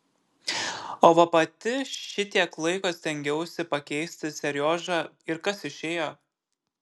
o va pati šitiek laiko stengiausi pakeisti seriožą ir kas išėjo